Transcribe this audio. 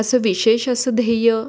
असं विशेष असं ध्येय